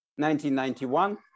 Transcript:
1991